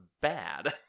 bad